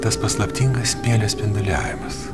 tas paslaptingas spinduliavimas